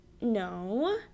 no